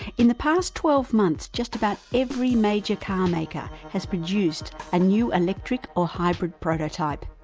in the past twelve months, just about every major car maker has produced a new electric or hybrid prototype.